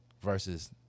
versus